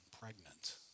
pregnant